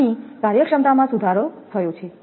અહીં કાર્યક્ષમતામાં સુધાર થયો છે